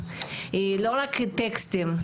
לא רק טקסטים,